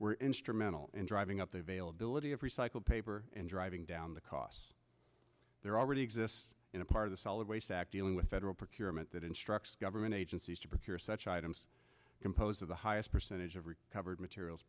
were instrumental in driving up the availability of recycled paper and driving down the costs they're already exists in a part of the solid waste act eeling with federal procurement that instructs government agencies to procure such items composed of the highest percentage of recovered materials